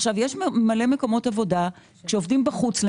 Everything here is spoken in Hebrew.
יש הרבה מקומות עבודה בהם עובדים בחוץ,